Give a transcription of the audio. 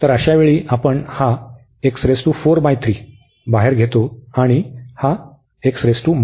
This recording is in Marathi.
तर अशावेळी आपण हा बाहेर घेतो हा आणि हा x आहे